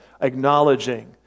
acknowledging